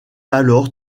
alors